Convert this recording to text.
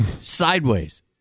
sideways